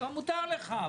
כבר מותר לך.